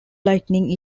lightning